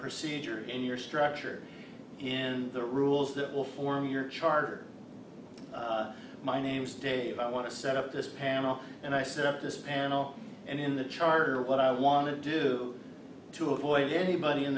procedure in your structure and the rules that will form your charter my name's dave i want to set up this panel and i set up this panel and in the charter what i want to do to avoid anybody in